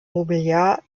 mobiliar